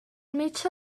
metge